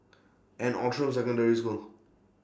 and Outram Secondary School